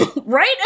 Right